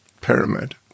pyramid